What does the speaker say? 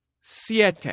siete